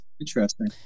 Interesting